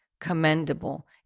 commendable